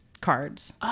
cards